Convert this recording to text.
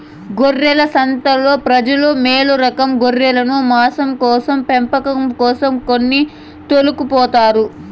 గొర్రెల సంతలో ప్రజలు మేలురకం గొర్రెలను మాంసం కోసం పెంపకం కోసం కొని తోలుకుపోతారు